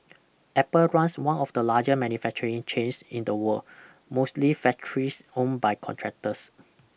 Apple runs one of the larger manufacturing chains in the world mostly factories owned by contractors